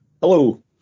Hello